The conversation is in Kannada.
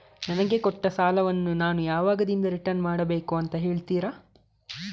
ನನಗೆ ಕೊಟ್ಟ ಸಾಲವನ್ನು ನಾನು ಯಾವಾಗದಿಂದ ರಿಟರ್ನ್ ಮಾಡಬೇಕು ಅಂತ ಹೇಳ್ತೀರಾ?